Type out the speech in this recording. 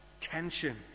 tension